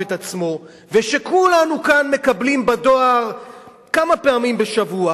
את עצמו ושכולנו כאן מקבלים בדואר כמה פעמים בשבוע.